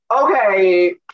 Okay